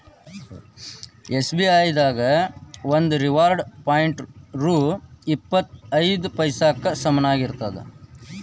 SBI ದಾಗ ಒಂದು reward point ರೊ ಇಪ್ಪತ್ ಐದ ಪೈಸಾಕ್ಕ ಸಮನಾಗಿರ್ತದ